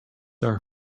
are